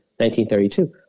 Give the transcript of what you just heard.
1932